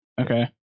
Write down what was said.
Okay